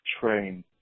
Train